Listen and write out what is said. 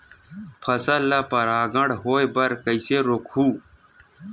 फसल ल परागण होय बर कइसे रोकहु?